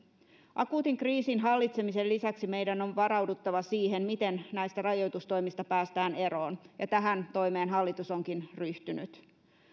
akuutin kriisin hallitsemisen lisäksi meidän on varauduttava siihen miten näistä rajoitustoimista päästään eroon ja tähän toimeen hallitus onkin ryhtynyt